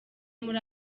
muri